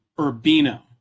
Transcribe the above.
Urbino